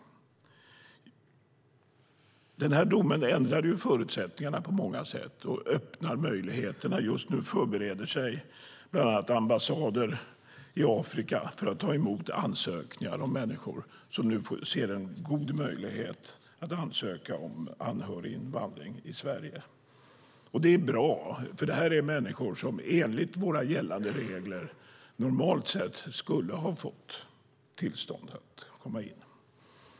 Domen ändrade förutsättningarna på många sätt. Just nu förbereder sig ambassader i Afrika för att ta emot ansökningar från människor som nu ser en god möjlighet att få ansöka om tillstånd till anhöriginvandring till Sverige. Det är bra. Det här är människor som enligt våra gällande regler normalt sett skulle ha fått tillstånd att komma in.